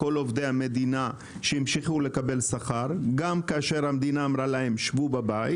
כל עובדי המדינה שהמשיכו לקבל שכר גם כשהמדינה אמרה להם שבו בבית.